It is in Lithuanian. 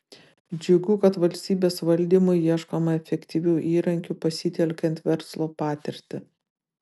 džiugu kad valstybės valdymui ieškoma efektyvių įrankių pasitelkiant verslo patirtį